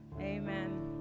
Amen